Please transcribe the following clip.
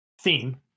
theme